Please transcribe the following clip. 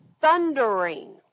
thundering